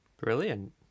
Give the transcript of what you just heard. Brilliant